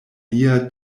lia